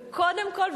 וקודם כול,